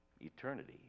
eternity